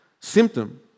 Symptom